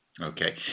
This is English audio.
Okay